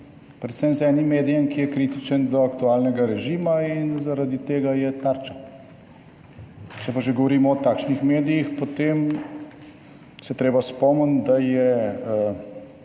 predvsem z enim medijem, ki je kritičen do aktualnega režima in zaradi tega je tarča. Če pa že govorimo o takšnih medijih, potem se je treba spomniti, da je